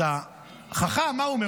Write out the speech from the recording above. אז החכם, מה הוא אומר?